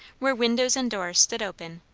where windows and doors stood open,